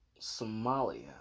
Somalia